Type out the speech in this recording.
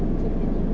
最便宜